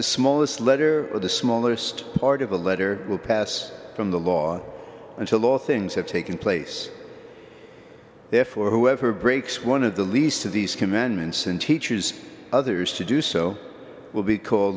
the smallest letter or the smallest part of a letter will pass from the law until all things have taken place therefore whoever breaks one of the least of these commandments and teaches others to do so will be called